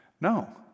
No